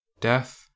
death